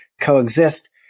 coexist